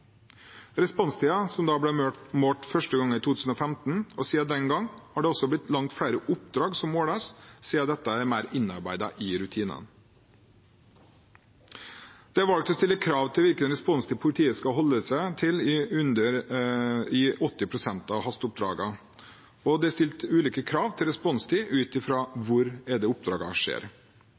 som. Responstiden ble målt første gang i 2015. Siden den gangen har det blitt langt flere oppdrag som måles, siden dette har blitt mer innarbeidet i rutinene. Det er valgt å stille krav til hvilken responstid politiet skal holde seg til i 80 pst. av hasteoppdragene. Det er stilt ulike krav til responstid ut ifra hvor oppdragene skjer. I tettsteder hvor det